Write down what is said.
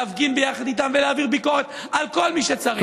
להפגין יחד איתם ולהעביר ביקורת על כל מי שצריך.